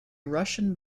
russian